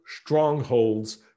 strongholds